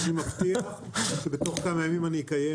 אני מבטיח שבתוך כמה ימים אני אקיים